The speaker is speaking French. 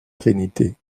trinité